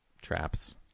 traps